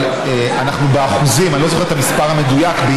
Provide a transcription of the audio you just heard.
אני לא זוכר במדויק את המספר.